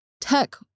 tech